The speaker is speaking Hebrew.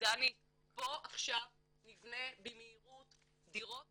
בוא עכשיו נבנה במהירות דירות